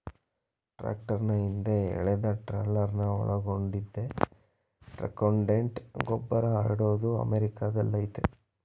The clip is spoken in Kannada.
ಟ್ರಾಕ್ಟರ್ನ ಹಿಂದೆ ಎಳೆದಟ್ರೇಲರ್ನ ಒಳಗೊಂಡಿದೆ ಟ್ರಕ್ಮೌಂಟೆಡ್ ಗೊಬ್ಬರಹರಡೋದು ಅಮೆರಿಕಾದಲ್ಲಯತೆ